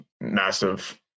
massive